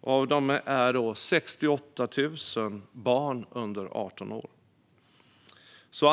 Av dem är 68 000 barn under 18 år.